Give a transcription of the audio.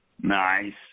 Nice